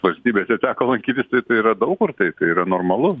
valstybėse teko laikytis tai tai yra daug kur tai tai yra normalu